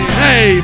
hey